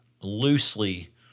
loosely